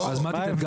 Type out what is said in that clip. אז מה ההבדל?